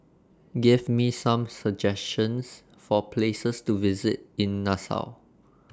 Give Me Some suggestions For Places to visit in Nassau